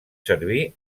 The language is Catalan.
servir